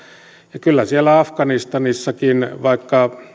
ja kyllä siellä afganistanissakin vaikka